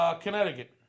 Connecticut